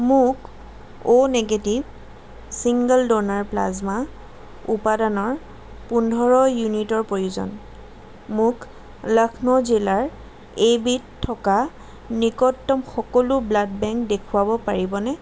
মোক O negative single donor plasma উপাদানৰ পোন্ধৰ ইউনিটৰ প্ৰয়োজন মোক লক্ষ্ণৌ জিলাৰ এইবিধ থকা নিকটতম সকলো ব্লাড বেংক দেখুৱাব পাৰিবনে